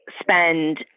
spend